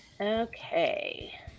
Okay